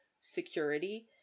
security